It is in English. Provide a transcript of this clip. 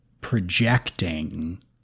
projecting